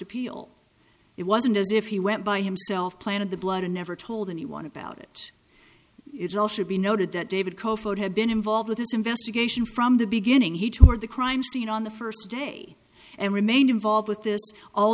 appeal it wasn't as if he went by himself planted the blood and never told anyone about it it's all should be noted that david had been involved with this investigation from the beginning he tore the crime scene on the first day and remained involved with